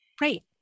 Right